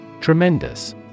Tremendous